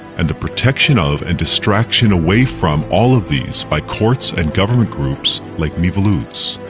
and the protection of and distraction away from all of these by courts and government groups like miviludes.